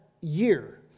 year